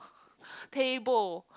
table